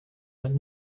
but